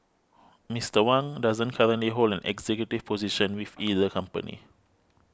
Mister Wang doesn't currently hold an executive position with either company